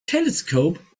telescope